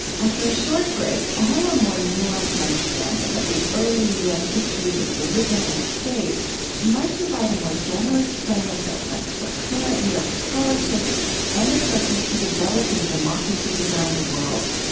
after a short break, how a more nuanced understanding of the early u s. history with religion and state might provide a more generous frame of reference for current u s. politics and approaches to developing democracies around the world.